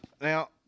now